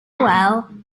well